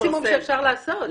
זה המקסימום שאפשר לעשות.